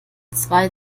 zwei